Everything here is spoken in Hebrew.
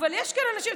אבל יש כאן אנשים.